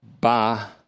ba